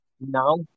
now